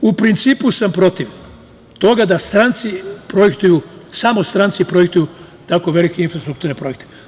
U principu sam protiv toga da samo stranci projektuju tako velike infrastrukturne projekte.